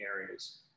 areas